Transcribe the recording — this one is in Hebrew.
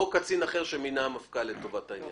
צריך להוסיף: "או קצין אחר שמינה המפכ"ל לטובת העניין".